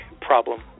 problem